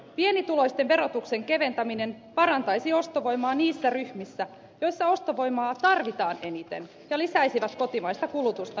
pienituloisten verotuksen keventäminen parantaisi ostovoimaa niissä ryhmissä joissa ostovoimaa tarvitaan eniten ja lisäisi kotimaista kulutusta nopeasti